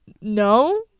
no